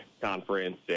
Conference